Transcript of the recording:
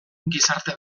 gizarte